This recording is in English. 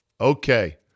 Okay